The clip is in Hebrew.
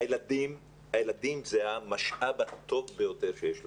הילדים זה המשאב הטוב ביותר שיש לנו.